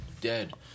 dead